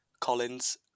Collins